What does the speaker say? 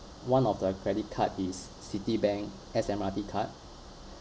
one of the credit card is citibank S_M_R_T card